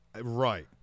Right